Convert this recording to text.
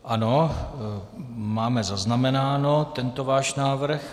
Ano, máme zaznamenán tento vás návrh.